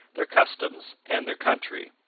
their customs, and their country.